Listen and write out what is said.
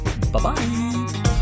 Bye-bye